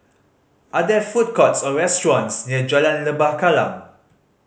are there food courts or restaurants near Jalan Lembah Kallang